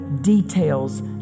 details